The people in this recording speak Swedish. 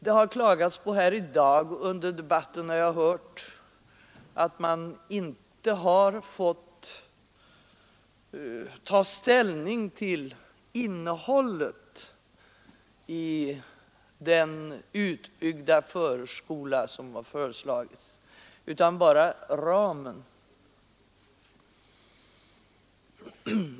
Jag har i dag hört att det under debatten klagats på att man inte har fått ta ställning till innehållet i den utbyggda förskola som föreslagits utan bara till själva ramen.